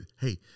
hey